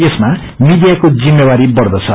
यसमा मीडियाको जिम्मेवारी बढ़दछ